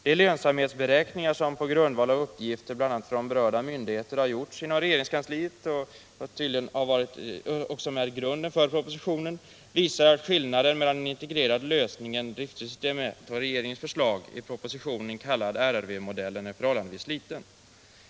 De lönsamhetsberäkningar som —- på grundval av uppgifter bl.a. från berörda myndigheter — är grunden för propositionen, visar att skillnaden mellan den integrerade lösningen, driftsystem 1, och regeringens förslag, i propositionen kallad RRV-modellen, är förhållandevis liten.